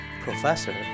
Professor